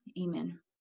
Amen